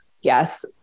Yes